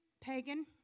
pagan